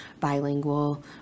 bilingual